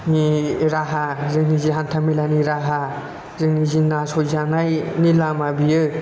जिनि राहा जोंनि जे हान्थामेलानि राहा जोंनि जि नासयजानायनि लामा बेयो